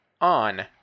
On